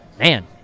Man